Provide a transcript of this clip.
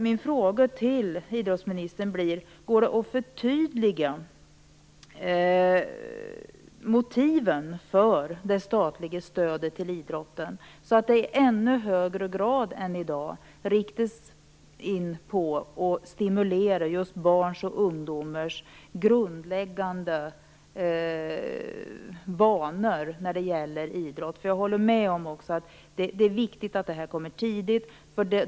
Min fråga till idrottsministern blir: Går det att förtydliga motiven för det statliga stödet till idrotten så att det i ännu högre grad riktas in på stimulering av barns och ungdomars grundläggande vanor när det gäller idrott? Jag håller med om att det är viktigt att intresset väcks tidigt.